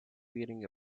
wearing